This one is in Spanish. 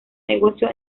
negocio